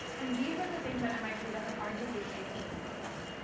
and these are the things that mit that have arguably shaped me the most.